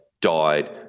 died